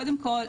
קודם כול,